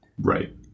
Right